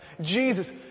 Jesus